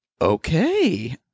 Okay